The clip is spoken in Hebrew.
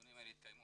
שהדיונים יתקיימו